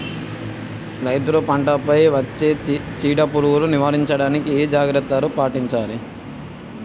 రైతులు పంట పై వచ్చే చీడ పురుగులు నివారించడానికి ఏ జాగ్రత్తలు పాటించాలి?